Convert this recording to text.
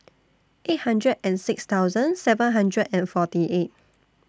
eight hundred and six thousand seven hundred and forty eight